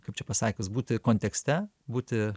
kaip čia pasakius būti kontekste būti